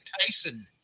Tyson